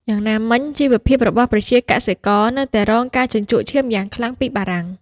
យ៉ាងណាមិញ ជីវភាពរបស់ប្រជាកសិករនៅតែរងការជញ្ជក់ឈាមយ៉ាងខ្លាំងពីបារាំង។